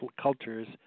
cultures